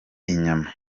inyama